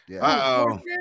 Uh-oh